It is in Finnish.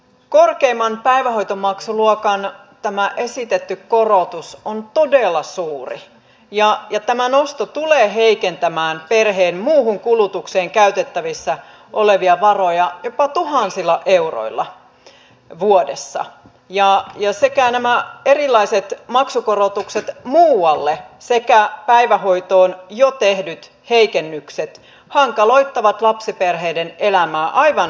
korkeimman päivähoitomaksuluokan esitetty korotus on todella suuri ja tämä nosto tulee heikentämään perheen muuhun kulutukseen käytettävissä olevia varoja jopa tuhansilla euroilla vuodessa ja nämä erilaiset maksukorotukset muualle sekä päivähoitoon jo tehdyt heikennykset hankaloittavat lapsiperheiden elämää aivan dramaattisesti